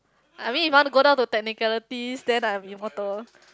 I mean if you want to go down to technicalities then I am immortal